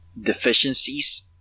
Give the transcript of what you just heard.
deficiencies